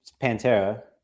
Pantera